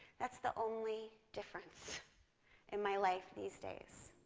that's the only difference in my life these days.